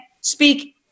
speak